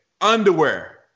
underwear